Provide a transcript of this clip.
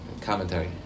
commentary